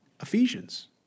Ephesians